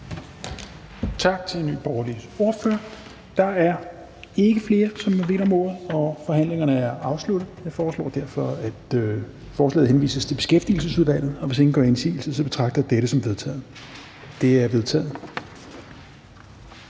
Tak til Nye Borgerliges ordfører. Der er ikke flere, som har bedt om ordet, og forhandlingerne er afsluttet. Jeg foreslår derfor, at forslaget henvises til Beskæftigelsesudvalget. Og hvis ingen gør indsigelse, betragter jeg dette som vedtaget. Det er vedtaget.